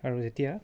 আৰু যেতিয়া